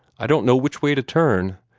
i don't know which way to turn.